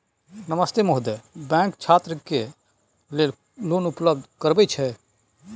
नमस्ते महोदय, बैंक छात्र के लेल लोन उपलब्ध करबे छै?